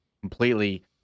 completely